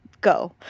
Go